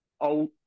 old